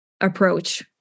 approach